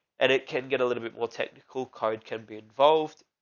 and it can get a little bit more technical. code can be involved.